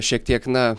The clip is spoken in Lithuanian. šiek tiek na